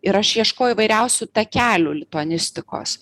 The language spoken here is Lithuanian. ir aš ieško įvairiausių takelių lituanistikos